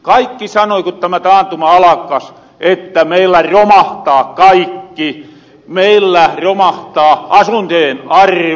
kaikki sanoi ku tämä taantuma alakas että meillä romahtaa kaikki meillä romahtaa asuntojen arvo